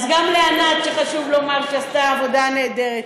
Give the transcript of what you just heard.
אז גם לענת, שחשוב לומר שעשתה עבודה נהדרת.